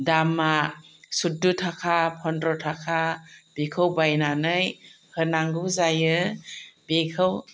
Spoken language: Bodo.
दामआ सयद्द' थाखा पन्द्र' थाखा बेखौ बायनानै होनांगौ जायो बेखौ